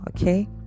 okay